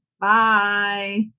Bye